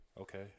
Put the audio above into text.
Okay